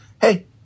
hey